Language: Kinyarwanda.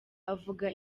avuga